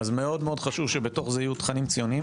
מאוד חשוב שבתוך זה יהיו תכנים ציוניים